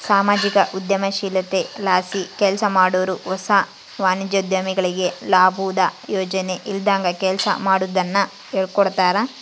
ಸಾಮಾಜಿಕ ಉದ್ಯಮಶೀಲತೆಲಾಸಿ ಕೆಲ್ಸಮಾಡಾರು ಹೊಸ ವಾಣಿಜ್ಯೋದ್ಯಮಿಗಳಿಗೆ ಲಾಬುದ್ ಯೋಚನೆ ಇಲ್ದಂಗ ಕೆಲ್ಸ ಮಾಡೋದುನ್ನ ಹೇಳ್ಕೊಡ್ತಾರ